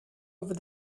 over